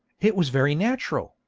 it was very natural,